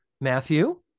Matthew